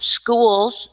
schools